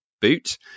Boot